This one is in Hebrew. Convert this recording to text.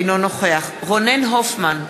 אינו נוכח רונן הופמן,